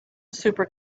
super